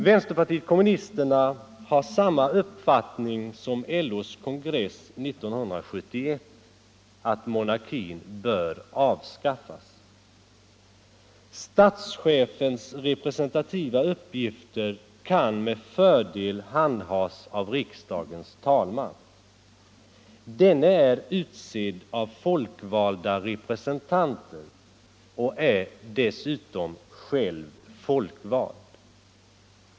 Vänsterpartiet kommunisterna har samma uppfattning som LO:s kongress 1971, att monarkin bör avskaffas. Statschefens representativa uppgifter kan med fördel handhas av riksdagens talman. Denne är utsedd av folkvalda representanter och dessutom själv folkvald.